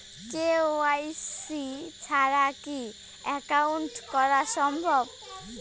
KYC ছাড়া কি account করা সম্ভব?